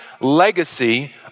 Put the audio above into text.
legacy